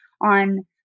on